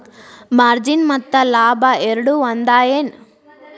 margin ಮತ್ತ ಲಾಭ ಎರಡೂ ಒಂದ ಏನ್